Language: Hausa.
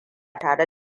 tare